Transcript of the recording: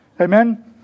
Amen